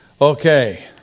Okay